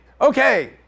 Okay